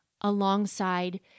alongside